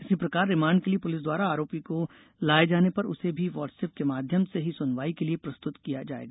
इसी प्रकार रिमांड के लिए पुलिस द्वारा आरोपी को लाये जाने पर उसे भी वाट्सऐप के माध्यम से ही सुनवाई के लिए प्रस्तुत किया जायेगा